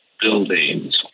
buildings